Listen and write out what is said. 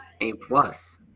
A-plus